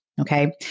Okay